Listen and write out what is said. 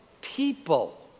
people